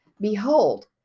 Behold